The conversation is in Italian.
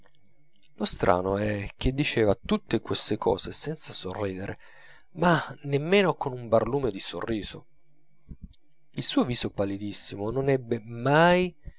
lo strano è che diceva tutte queste cose senza sorridere ma nemmeno con un barlume di sorriso il suo viso pallidissimo non ebbe mai